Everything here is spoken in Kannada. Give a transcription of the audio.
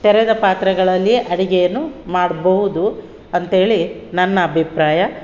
ತೆರೆದ ಪಾತ್ರೆಗಳಲ್ಲಿಯೇ ಅಡಿಗೆಯನ್ನು ಮಾಡಬಹುದು ಅಂತೇಳಿ ನನ್ನ ಅಭಿಪ್ರಾಯ